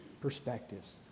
perspectives